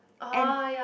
and